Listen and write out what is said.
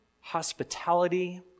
hospitality